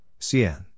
CN